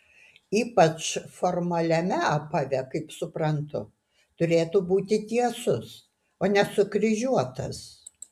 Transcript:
ypač formaliame apave kaip suprantu turėtų būti tiesus o ne sukryžiuotas